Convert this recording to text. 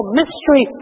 mystery